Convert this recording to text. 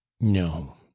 no